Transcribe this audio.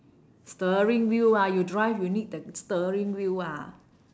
steering wheel ah you drive you need the steering wheel ah